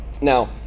Now